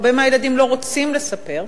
הרבה מהילדים לא רוצים לספר,